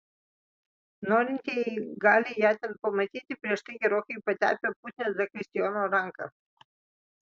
norintieji gali ją ten pamatyti prieš tai gerokai patepę putnią zakristijono ranką